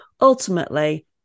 ultimately